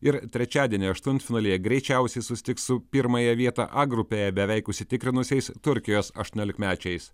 ir trečiadienį aštuntfinalyje greičiausiai susitiks su pirmąją vietą a grupėje beveik užsitikrinusiais turkijos aštuoniolikmečiais